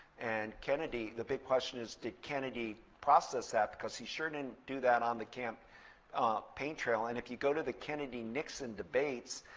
and kennedy, the big question is, did kennedy process that, because he shouldn't and do that on the campaign trail. and if you go to the kennedy-nixon debates,